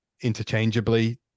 interchangeably